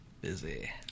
Busy